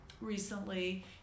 recently